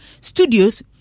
studios